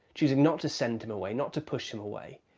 choosing not to send him away, not to push him away,